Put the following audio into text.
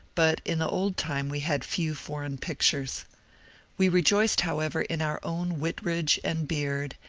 but in the old time we had few foreign pictures we rejoiced, however, in our own whitridge and beard,